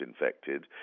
infected